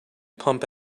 pump